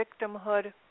victimhood